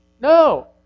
No